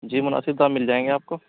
جی مناسب دام مل جائیں گے آپ کو